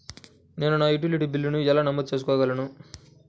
నేను నా యుటిలిటీ బిల్లులను ఎలా నమోదు చేసుకోగలను?